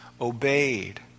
obeyed